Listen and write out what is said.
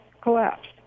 collapsed